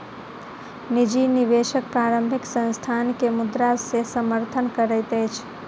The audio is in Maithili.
निजी निवेशक प्रारंभिक संस्थान के मुद्रा से समर्थन करैत अछि